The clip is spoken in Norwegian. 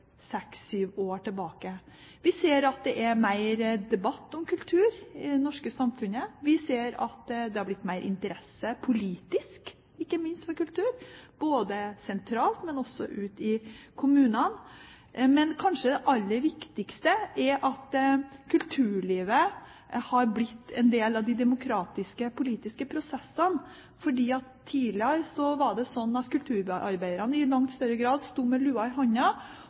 seks, sju år siden. Vi ser at det er mer debatt om kultur i det norske samfunnet. Vi ser at det har blitt mer interesse politisk, ikke minst, for kultur, både sentralt og også ute i kommunene. Men kanskje det aller viktigste er at kulturlivet har blitt en del av de demokratiske, politiske prosessene. Tidligere var det sånn at kulturarbeiderne i langt større grad sto med lua i